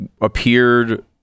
appeared